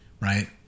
right